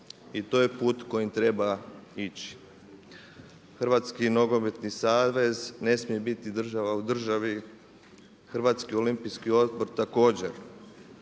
i to je put kojim treba ići. Hrvatski nogometni savez ne smije biti država u državi, Hrvatski olimpijski odbor također.